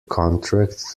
contract